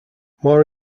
more